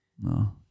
No